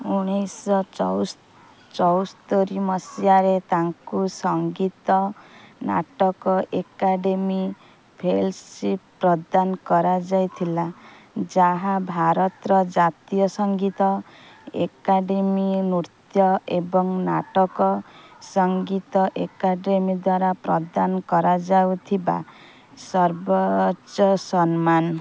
ଉଣେଇଶଶହ ଚଉସ୍ତରି ମସିହାରେ ତାଙ୍କୁ ସଂଗୀତ ନାଟକ ଏକାଡେମୀ ଫେଲୋସିପ୍ ପ୍ରଦାନ କରାଯାଇଥିଲା ଯାହା ଭାରତର ଜାତୀୟ ସଂଗୀତ ଏକାଡ଼େମୀ ନୃତ୍ୟ ଏବଂ ନାଟକ ସଂଗୀତ ଏକାଡ଼େମୀ ଦ୍ୱାରା ପ୍ରଦାନ କରାଯାଇଥିବା ସର୍ବୋଚ୍ଚ ସମ୍ମାନ